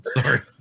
sorry